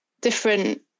different